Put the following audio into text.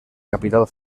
capital